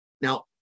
Now